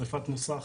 שריפת מוסך,